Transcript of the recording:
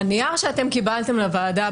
הנייר שאתם קיבלתם לוועדה,